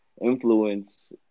influence